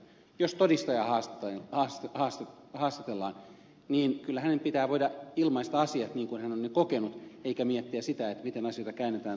jos todistajaa haastatellaan niin kyllä hänen pitää voida ilmaista asiat niin kuin hän on ne kokenut eikä miettiä sitä miten asioita käännetään toiselle kielelle